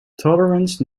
tolerance